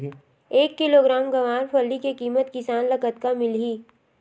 एक किलोग्राम गवारफली के किमत किसान ल कतका मिलही?